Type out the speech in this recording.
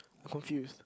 confused